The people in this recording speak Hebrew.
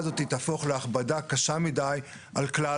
רשתות הנעלה ואחרות.